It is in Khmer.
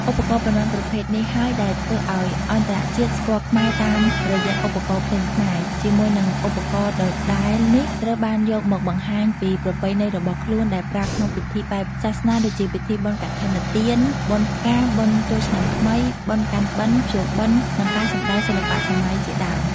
ឧបករណ៏ប៉ុន្មានប្រភេទនេះហើយដែលធ្វើអោយអន្តរជាតិស្គាល់ខ្មែរតាមរយឧបករណ៏ភ្លេងខ្មែរ ជាមួយនិងឧបករណ៏ដដែលនេះត្រូវបានយកមកបង្ហាញពីប្រពៃណីរបស់ខ្លួនដែលប្រើក្នុងពិធីបែបសាសនាដូចជាពិធីបុណ្យកឋិនទាន បុណ្យផ្កា បុណ្យចូលឆ្នាំថ្មី បុណ្យកាន់បិណ្យ ភ្ជំុបិណ្យ និងការសំដែងសិល្បៈសម័យជាដើម។